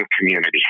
community